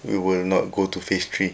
we will not go to phase three